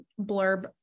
blurb